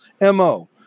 MO